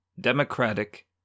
democratic